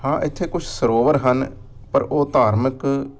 ਹਾਂ ਇੱਥੇ ਕੁਛ ਸਰੋਵਰ ਹਨ ਪਰ ਉਹ ਧਾਰਮਿਕ